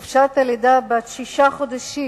חופשת לידה בת שישה חודשים